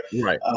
Right